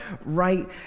right